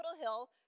Hill